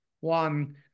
one